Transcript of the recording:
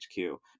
HQ